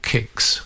Kicks